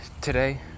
today